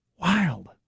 Wild